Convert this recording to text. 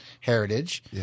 heritage